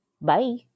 Bye